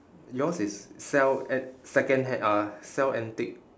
yours is sell at secondhand uh sell antique